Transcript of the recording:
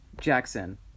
Jackson